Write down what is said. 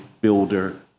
builder